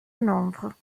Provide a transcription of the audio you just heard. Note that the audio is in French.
nombre